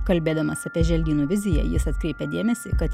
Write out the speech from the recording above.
kalbėdamas apie želdynų viziją jis atkreipia dėmesį kad